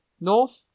North